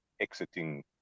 exiting